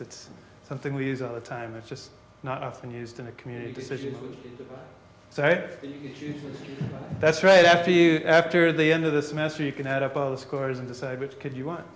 it's something we use all the time it's just not often used in a community decision so it you that's right after you after the end of the semester you can add up all the scores and decide which kid you want